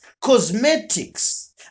cosmetics